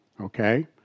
Okay